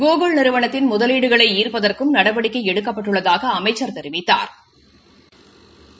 Google நிறுவனத்தின் முதலீடுகளை ஈர்ப்பதற்கும் நடவடிக்கை எடுக்கப்பட்டுள்ளதாக அமைச்சா் தெரிவித்தாா்